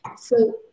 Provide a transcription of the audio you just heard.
So-